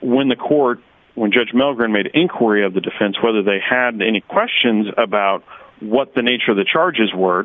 when the court when judge milgram made inquiry of the defense whether they had any questions about what the nature of the charges w